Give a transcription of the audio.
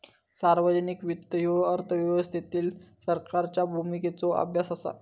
सार्वजनिक वित्त ह्यो अर्थव्यवस्थेतील सरकारच्या भूमिकेचो अभ्यास असा